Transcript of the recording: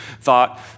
thought